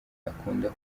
akunda